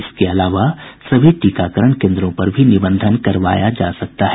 इसके अलावा सभी टीकाकरण केन्द्रों पर भी निबंधन करवाया जा सकता है